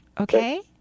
okay